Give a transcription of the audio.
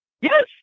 Yes